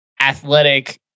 athletic